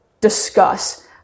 discuss